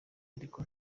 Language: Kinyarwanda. ariko